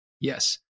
Yes